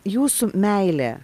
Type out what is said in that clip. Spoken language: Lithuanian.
jūsų meilė